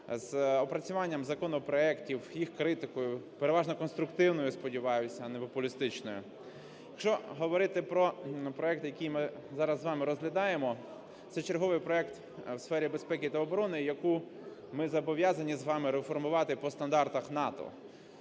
з опрацюванням законопроектів, їх критикою, переважно конструктивною, сподіваюся, а не популістичною. Якщо говорити про проект, який ми зараз з вами розглядаємо, це черговий проект у сфері безпеки та оборони, яку ми зобов'язані з вами реформувати по стандартах НАТО.